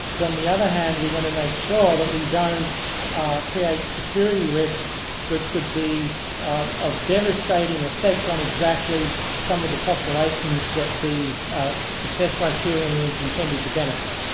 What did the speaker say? but on the other hand we want to make sure that we don't create security risks that could be of devastating effect on exactly some of the populations that the success criteria and is intended to benefit.